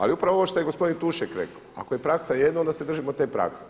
Ali upravo ovo što je gospodin Tušek rekao ako je praksa jedno onda se držimo te prakse.